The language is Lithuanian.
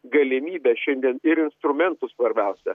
galimybes šiandien ir instrumentus svarbiausia